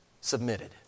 submitted